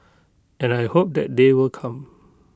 and I hope that day will come